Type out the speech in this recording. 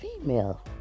female